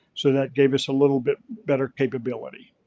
so that gave us a little bit better capability.